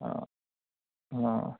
অঁ